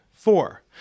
Four